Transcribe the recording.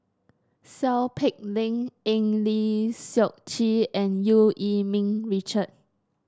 Seow Peck Leng Eng Lee Seok Chee and Eu Yee Ming Richard